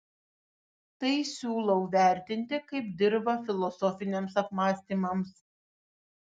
tai siūlau vertinti kaip dirvą filosofiniams apmąstymams